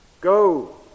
Go